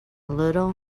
little